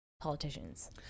politicians